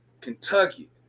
Kentucky